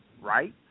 right